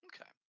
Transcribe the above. Okay